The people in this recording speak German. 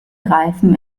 reifen